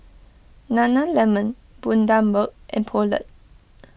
Nana Lemon Bundaberg and Poulet